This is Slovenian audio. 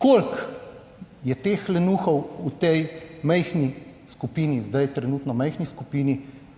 koliko je teh lenuhov v tej majhni skupini, trenutno majhni skupini